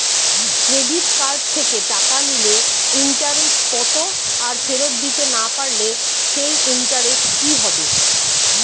Credit card থেকে টাকা নিলে ইন্টারেস্ট কত আর ফেরত দিতে না পারলে সেই ইন্টারেস্ট কি হবে?